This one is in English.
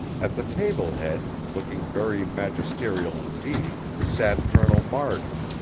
at the table head, looking very magisterial indeed, sat colonel marden.